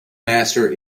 master